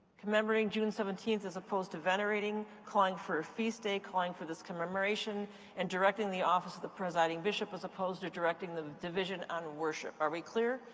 commemorating june seventeenth as opposed to venerating. calling for feast day, calling for this commemoration and directing the office of the presiding bishop as opposed to directing the division on worship. are we clear?